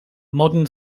modern